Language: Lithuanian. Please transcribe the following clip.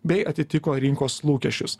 bei atitiko rinkos lūkesčius